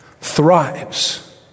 thrives